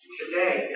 today